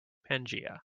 pangaea